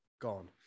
Gone